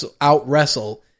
out-wrestle